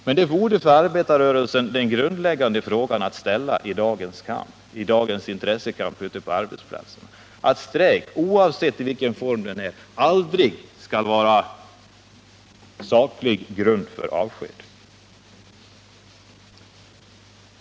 Men det för arbetarrörelsen grundläggande kravet att ställa i dagens intressekamp ute på arbetsplatserna borde vara att strejk, oavsett vilken form den har, aldrig skall vara saklig grund för avsked.